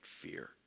fear